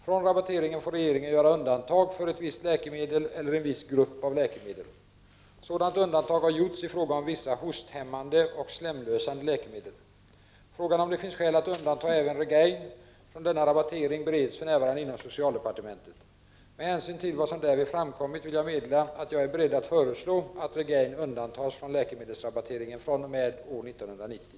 Från rabatteringen får regeringen göra undantag för ett visst läkemedel eller en viss grupp av läkemedel. Sådant undantag har gjorts i fråga om vissa hosthämmande och slemlösande läkemedel. Frågan om huruvida det finns skäl att undanta även ”Regaine” från denna rabattering bereds för närvarande inom socialdepartementet. Med hänsyn till vad som därvid framkommit vill jag meddela att jag är beredd att föreslå att ”Regaine” undantas från läkemedelsrabatteringen fr.o.m. år 1990.